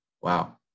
Wow